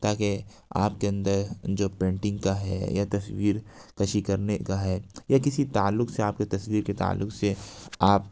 تاکہ آپ کے اندر جو پینٹنگ کا ہے یا تصویر کشی کرنے کا ہے یا کسی تعلق سے آپ کو تصویر کے تعلق سے آپ